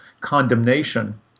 condemnation